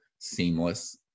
seamless